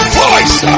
voice